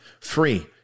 Free